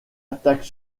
attaque